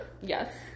Yes